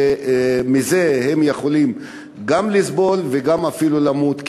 שיכולים גם לסבול ואפילו למות מזה,